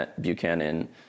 Buchanan